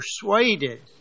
persuaded